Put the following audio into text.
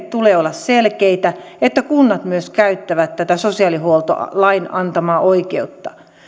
tulee olla selkeitä niin että kunnat myös käyttävät tätä sosiaalihuoltolain antamaa oikeutta